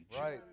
Right